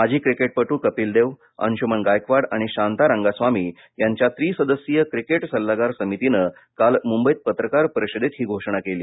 माजी क्रिकेटपट्र कपिल देव अंशुमन गायकवाड आणि शांता रंगास्वामी यांच्या त्रिसदस्यीय क्रिकेट सल्लागार समितीनं काल मुंबईत पत्रकार परिषदेत ही घोषणा केली